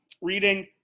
reading